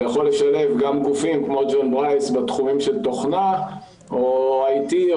זה יכול לשלב גם גופים כמו ג'ון ברייס בתחומים של תוכנה או IT,